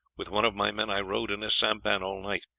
with one of my men, i rowed in a sampan all night,